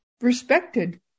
respected